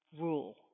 rule